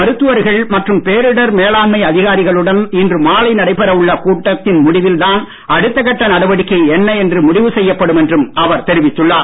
மருத்துவர்கள் மற்றும் பேரிடர் மேலாண்மை அதிகாரிகளுடன் இன்று மாலை நடைபெற உள்ள கூட்டத்தின் முடிவில்தான் அடுத்தகட்ட நடவடிக்கை என்ன என்று முடிவு செய்யப்படும் என்றும் அவர் தெரிவித்துள்ளார்